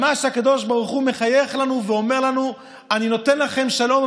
ממש הקדוש ברוך הוא מחייך אלינו ואומר לנו: אני נותן לכם שלום,